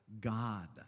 God